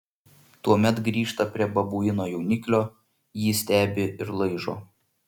tuomet grįžta prie babuino jauniklio jį stebi ir laižo